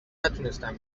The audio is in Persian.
نتونستم